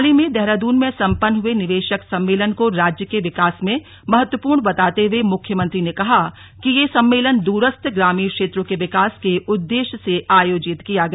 हाल ही में देहरादून में सम्पन्न हुए निवेक सम्मेलन को राज्य के विकास में महत्वपूर्ण बताते हुए मुख्यमंत्री ने कहा कि यह सम्मेलन दूरस्थ ग्रामीण क्षेत्रों के विकास के उद्दे य से आयोजित किया गया